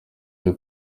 cyo